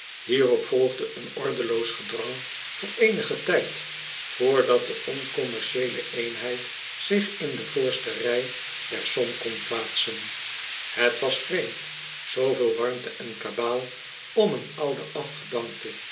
hierop volgde een ordeloos gedrang voor eenigen tijd vrdat de oncommercieele eenheid zich in de voorste rij der som kon plaatsen het was vreemd zooveel warmte en kabaal om een ouden afge